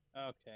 Okay